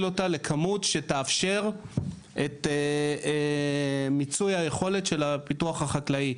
אותה לכמות שתאפשר את מיצוי היכולת של הפיתוח החקלאי.